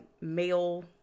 male